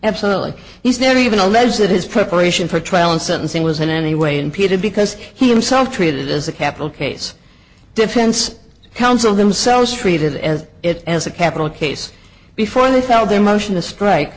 absolutely he's never even alleged that his preparation for trial and sentencing was in any way impeded because he himself treated as a capital case defense counsel themselves treated as it as a capital case before they felt their motion to strike